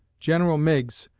general meigs,